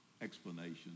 explanation